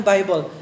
Bible